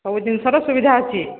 ସବୁ ଜିନିଷର ସୁବିଧା ଅଛି